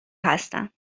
هستم